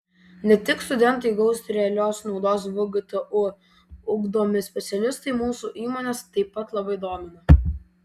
ne tik studentai gaus realios naudos vgtu ugdomi specialistai mūsų įmones taip pat labai domina